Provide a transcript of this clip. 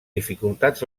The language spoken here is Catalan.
dificultats